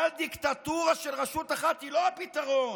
אבל דיקטטורה של רשות אחת היא לא הפתרון.